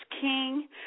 king